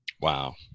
Wow